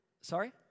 sorry